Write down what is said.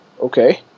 Okay